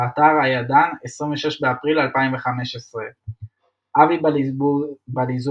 באתר "הידען", 26 באפריל 2015 אבי בליזובסקי,